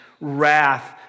wrath